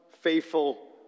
faithful